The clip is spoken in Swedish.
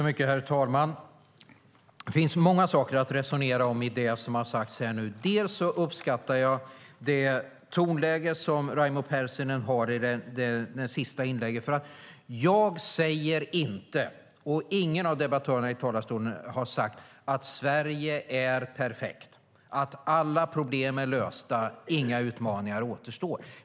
Herr talman! Det finns många saker att resonera om i det som har sagts här. Jag uppskattar det tonläge som Raimo Pärssinen hade i sitt inlägg. Jag säger inte, och ingen av debattörerna har sagt det, att Sverige är perfekt, att alla problem är lösta och att det inte återstår några utmaningar.